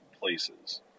places